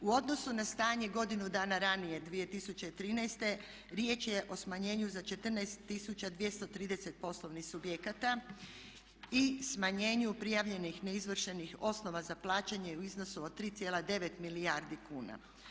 U odnosu na stanje godinu dana ranije 2013. riječ je o smanjenju za 14 230 poslovnih subjekata i smanjenju prijavljenih neizvršenih osnova za plaćanje u iznosu od 3,9 milijardi kuna.